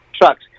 trucks